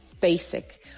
basic